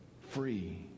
free